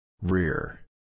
Rear